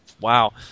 Wow